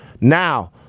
now